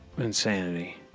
Insanity